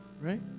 right